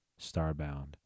starbound